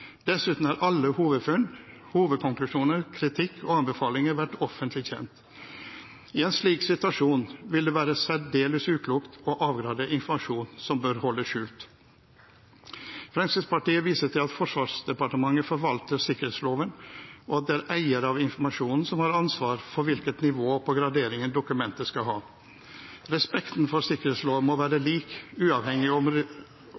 Dessuten har alle hovedfunn, hovedkonklusjoner, kritikk og anbefalinger vært offentlig kjent. I en slik situasjon vil det være særdeles uklokt å avgradere informasjon som bør holdes skjult. Fremskrittspartiet viser til at Forsvarsdepartementet forvalter sikkerhetsloven, og at det er eier av informasjonen som har ansvar for hvilket nivå av gradering dokumentet skal ha. Respekten for sikkerhetsloven må være lik, uavhengig av om